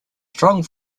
strong